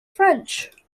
french